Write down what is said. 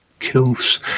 Kills